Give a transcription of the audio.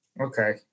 Okay